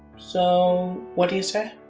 so. what do you say?